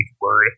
word